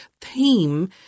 theme